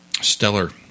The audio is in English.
stellar